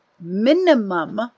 minimum